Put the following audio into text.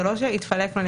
זה לא שהתפלק לו,